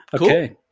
Okay